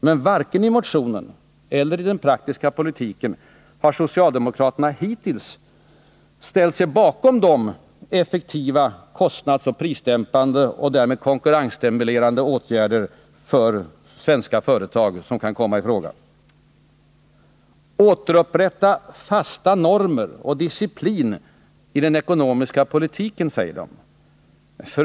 Men varken i motionen eller i den praktiska politiken har socialdemokraterna hittills ställt sig bakom de effektiva kostnadsoch prisdämpande och därmed konkurrensstimulerande åtgärder för svenska företag som kan komma i fråga. Återupprätta fasta normer och disciplin i den ekonomiska politiken, säger de —f.